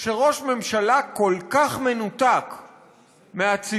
כשראש ממשלה כל כך מנותק מהציבור,